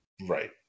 right